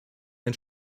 den